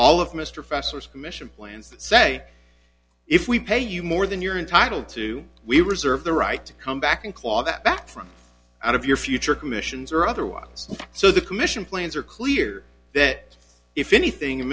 all of mr festers commission plans say if we pay you more than you're entitle to we reserve the right to come back and claw that back from out of your future commissions or otherwise so the commission plans are clear that if anything